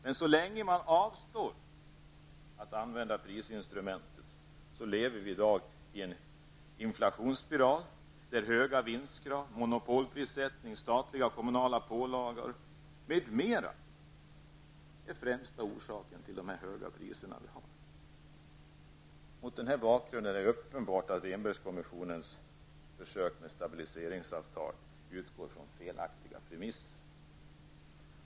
Men så länge man avstår från att använda prisinstrumentet lever vi i en inflationsspiral där höga vinstkrav, monopolprissättning, statliga och kommunala pålagor m.m. är den främsta orsaken till de höga priserna. Mot denna bakgrund är det uppenbart att Rehnbergkommissionens försök att skapa ett stabiliseringsavtal utgår från felaktiga premisser.